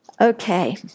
Okay